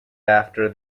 after